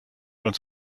uns